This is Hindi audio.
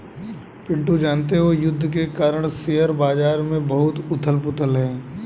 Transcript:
पिंटू जानते हो युद्ध के कारण शेयर बाजार में बहुत उथल पुथल है